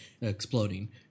exploding